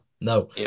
no